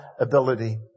ability